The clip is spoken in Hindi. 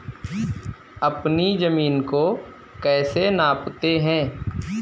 अपनी जमीन को कैसे नापते हैं?